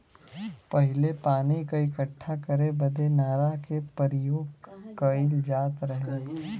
पहिले पानी क इक्कठा करे बदे नारा के परियोग कईल जात रहे